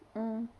mm